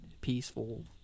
peaceful